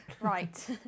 right